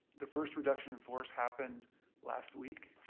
the first reduction in force happened last week,